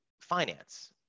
finance